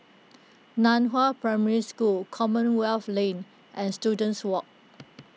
Nan Hua Primary School Commonwealth Lane and Students Walk